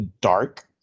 dark